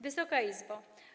Wysoka Izbo!